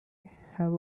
have